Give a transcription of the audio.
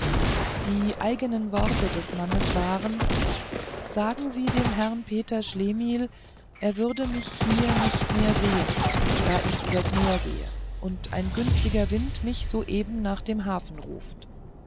die eigenen worte des mannes waren sagen sie dem herrn peter schlemihl er würde mich hier nicht mehr sehen da ich übers meer gehe und ein günstiger wind mich so eben nach dem hafen ruft